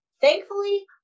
Thankfully